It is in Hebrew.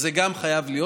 אז גם זה חייב להיות.